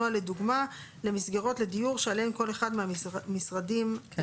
נוהל לדוגמה למסגרות לדיור שעליהן כל אחד מהמשרדים אחראי.